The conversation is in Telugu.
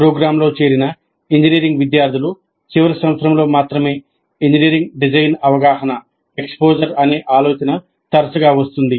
ప్రోగ్రామ్లో చేరిన ఇంజనీరింగ్ విద్యార్థులు చివరి సంవత్సరంలో మాత్రమే ఇంజనీరింగ్ డిజైన్ అవగాహన అనే ఆలోచన తరచుగా వస్తుంది